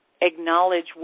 acknowledge